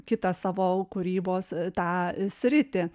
kitą savo kūrybos tą sritį